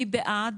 מי בעד?